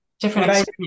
Different